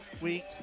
week